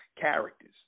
characters